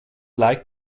like